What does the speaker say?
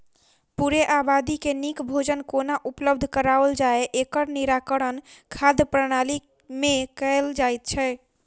पूरे आबादी के नीक भोजन कोना उपलब्ध कराओल जाय, एकर निराकरण खाद्य प्रणाली मे कयल जाइत छै